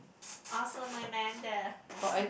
awesome Amanda it was so